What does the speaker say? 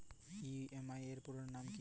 EMI এর পুরোনাম কী?